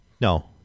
No